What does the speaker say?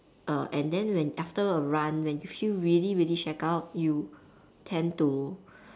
err and then when after a run when you feel really really shagged out you tend to